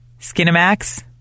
Skinemax